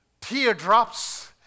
teardrops